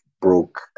broke